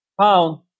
pound